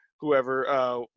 whoever –